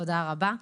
תודה רבה.